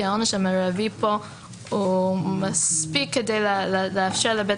כי העונש המרבי פה מספיק כדי לאפשר לבית